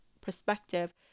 perspective